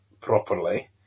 properly